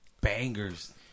Bangers